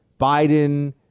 Biden